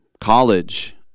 college